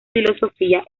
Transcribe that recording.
filosofía